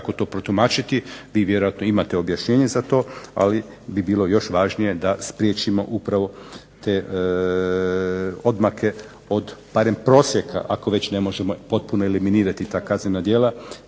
kako to protumačiti, vi vjerojatno imate objašnjenje za to, ali bi bilo još važnije da spriječimo upravo te odmake od barem prosjeka, ako već ne možemo potpuno eliminirati ta kaznena djela,